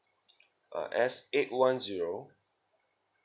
uh S eight one zero